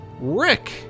Rick